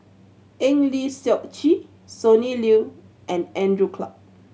Eng Lee Seok Chee Sonny Liew and Andrew Clarke